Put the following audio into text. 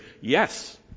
Yes